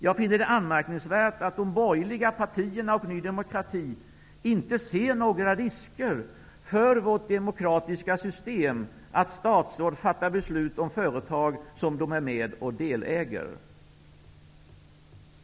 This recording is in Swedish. Jag finner det anmärkningsvärt att de borgerliga partierna och Ny demokrati inte ser några risker för vårt demokratiska system med att statsråd fattar beslut om företag som de är delägare i.